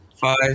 Five